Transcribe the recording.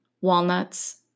walnuts